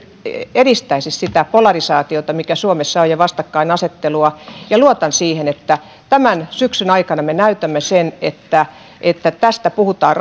edistäisi sitä polarisaatiota ja vastakkainasettelua mikä suomessa on ja luotan siihen että tämän syksyn aikana me näytämme sen että että tästä puhutaan